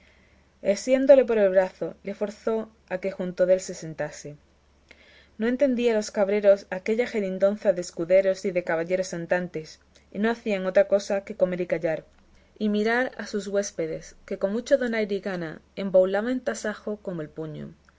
y asiéndole por el brazo le forzó a que junto dél se sentase no entendían los cabreros aquella jerigonza de escuderos y de caballeros andantes y no hacían otra cosa que comer y callar y mirar a sus huéspedes que con mucho donaire y gana embaulaban tasajo como el puño